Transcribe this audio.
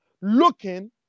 looking